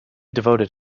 devoted